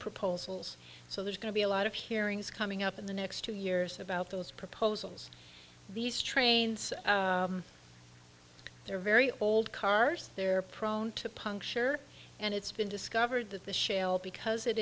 proposals so there's going to be a lot of hearings coming up in the next two years about those proposals these trains they're very old cars they're prone to puncture and it's been discovered that the shale because it